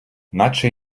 наче